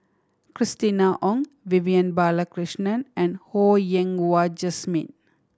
Christina Ong Vivian Balakrishnan and Ho Yen Wah Jesmine